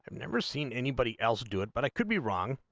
never seen anybody else do it but i could be wrong